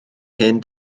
hen